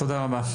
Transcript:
תודה רבה,